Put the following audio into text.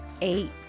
Eight